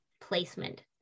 placement